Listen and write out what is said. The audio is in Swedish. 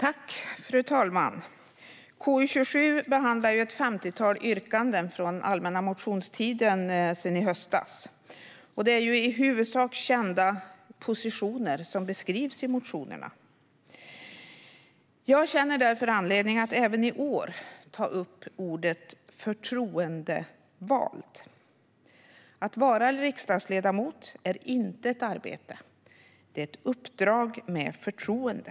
Fru talman! Betänkandet KU27 behandlar ett femtiotal yrkanden från den allmänna motionstiden i höstas. Det är i huvudsak kända positioner som beskrivs i motionerna. Jag känner därför anledning att även i år ta upp ordet "förtroendevald". Att vara riksdagsledamot är inte ett arbete, utan det är ett uppdrag med förtroende.